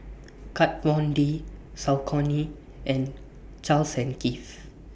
Kat Von D Saucony and Charles and Keith